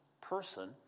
person